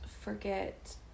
forget